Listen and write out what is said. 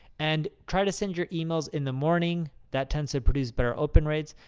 and try to send your emails in the morning. that tends to produce better open rates.